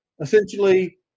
Essentially